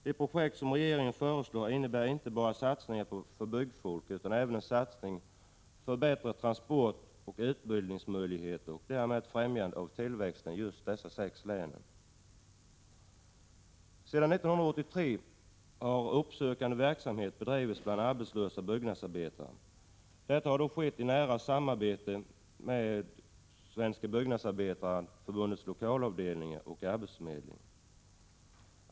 De projekt som regeringen föreslår innebär inte bara satsningar för byggfolket utan även en satsning för bättre transporter och utbildningsmöjligheter och innebär därmed ett främjande av tillväxten i dessa län. Sedan år 1983 har uppsökande verksamhet bedrivits bland arbetslösa byggnadsarbetare. Detta har skett i nära samverkan mellan Svenska Byggnadsarbetareförbundets lokalavdelningar och arbetsförmedlingen.